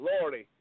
lordy